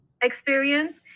experience